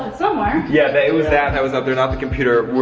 and somewhere. yeah, it was that that was up there, not the computer,